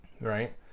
Right